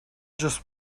just